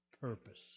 purpose